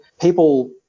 People